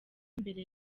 mbere